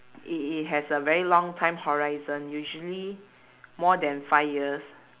it it has a very long time horizon usually more than five years